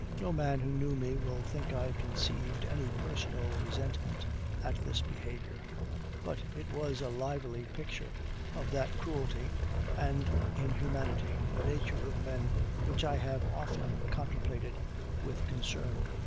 no man who knew me will think i conceived any personal resentment at this behavior but it was a lively picture of that cruelty and inhumanity in the nature of men which i have often contemplated with concern,